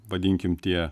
vadinkim tie